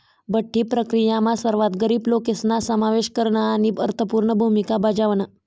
बठ्ठी प्रक्रीयामा सर्वात गरीब लोकेसना समावेश करन आणि अर्थपूर्ण भूमिका बजावण